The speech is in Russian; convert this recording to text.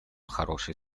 хороший